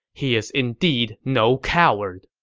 he is indeed no coward!